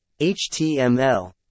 html